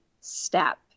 step